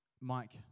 Mike